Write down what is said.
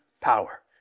power